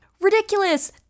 Ridiculous